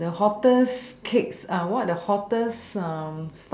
the hottest cakes what are the hottest